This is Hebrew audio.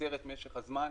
ולקצר את משך הזמן.